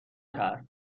کرد